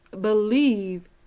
believe